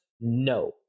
no